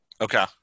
Okay